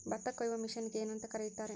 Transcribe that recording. ಭತ್ತ ಕೊಯ್ಯುವ ಮಿಷನ್ನಿಗೆ ಏನಂತ ಕರೆಯುತ್ತಾರೆ?